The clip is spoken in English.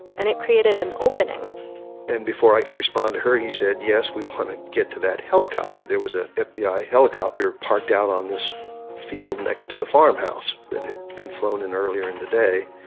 and it created an opening and before i could respond to her, he said, yes, we want to get to that helicopter. there was ah a fbi helicopter parked out on this field next to the farmhouse that had been flown in earlier in the day.